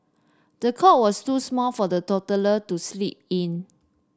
the cot was too small for the toddler to sleep in